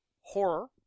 horror